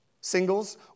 singles